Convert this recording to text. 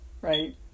right